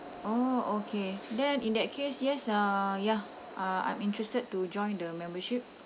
oh okay then in that case yes uh ya uh I'm interested to join the membership